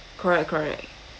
correct correct